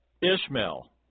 Ishmael